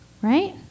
right